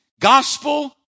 gospel